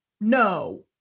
no